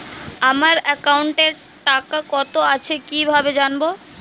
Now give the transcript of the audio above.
আমার একাউন্টে টাকা কত আছে কি ভাবে জানবো?